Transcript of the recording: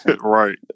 Right